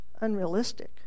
unrealistic